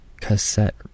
cassette